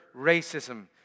racism